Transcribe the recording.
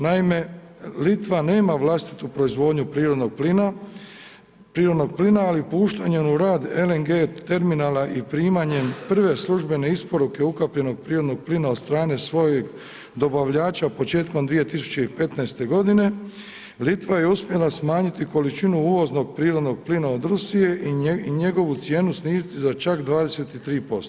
Naime, Litva nema vlastitu proizvodnju prirodnog plina ali puštanjem u rad LNG terminala i primanjem prve službene isporuke ukapljenog prirodnog plina od strane svojih dobavljača, početkom 2015. godine, Litva je uspjela smanjiti količinu uvoznog prirodnog plina od Rusije i njegovu cijenu sniziti za čak 23%